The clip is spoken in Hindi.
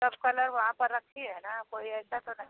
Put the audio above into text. सब कलर वहाँ पर राखी है न कोई ऐसा कलर